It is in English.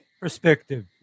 Perspective